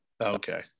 Okay